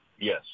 Yes